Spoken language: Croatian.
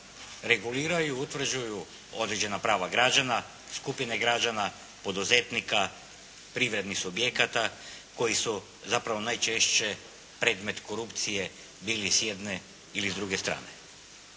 reguliraju i utvrđuju određena prava građana, skupine građana, poduzetnika, privrednih subjekata koji su zapravo najčešće predmet korupcije bili s jedne ili druge strane.